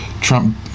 Trump